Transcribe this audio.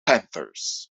panthers